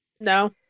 No